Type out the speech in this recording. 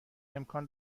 امکان